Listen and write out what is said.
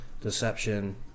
Deception